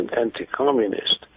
anti-communist